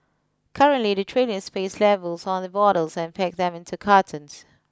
currently the trainees paste labels on the bottles and pack them into cartons